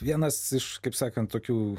vienas iš kaip sakant tokių